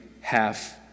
half